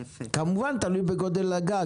כמובן תלוי בגודל הגג,